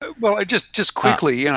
well, just just quickly, yeah